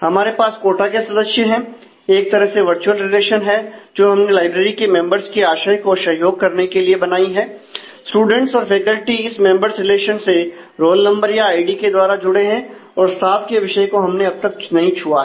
हमारे पास कोटा के सदस्य है एक तरह से वर्चुअल रिलेशन है जो हमने लाइब्रेरी के मेंबर्स के आशय को सहयोग करने के लिए बनाई है स्टूडेंट्स और फैकल्टी इस मेंबर्स रिलेशन से रोल नंबर या आईडी के द्वारा जुड़े हैं और स्टाफ के विषय को हमने अब तक नहीं छुआ है